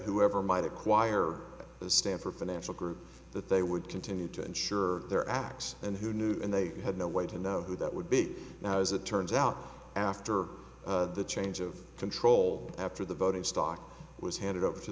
whoever might acquire the stanford financial group that they would continue to ensure their acts and who knew and they had no way to know who that would be now as it turns out after the change of control after the voting stock was handed over to